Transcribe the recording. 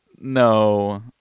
No